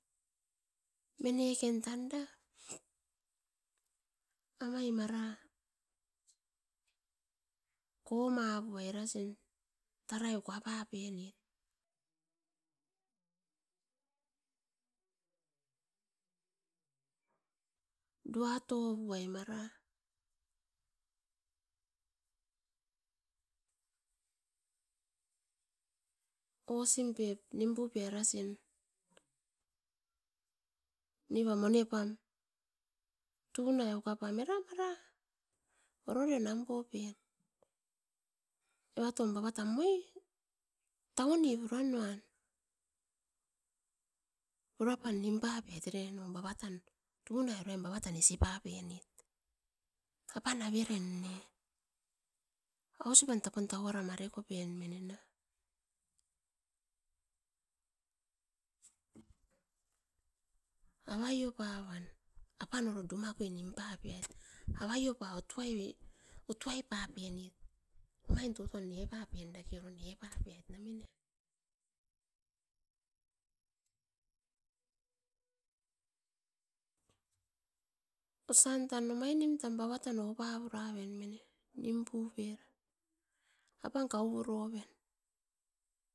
Mine ken tan da, amai mara koma puai erasin tarai uka papenit, dua topuai mara osin pep nim pupeai mara va mone pam. Tunai uka pam era mara ororio nam popet. Eva tom baba tan moi tauni pura nuan, pura pam nim papeait no tunai uruan bava tan isi papenit. Apan averen ne ausipan tapun tau ara mare kopen mine na? Avio pa wan apan oro duma kui nim papeait mine. Avaiopa utu ai papenit, omain toton nepa pen dake oro nepapeit mine. Osan omainim babat oupa oupa puraven mine, nimpu pera, apan kau puroven.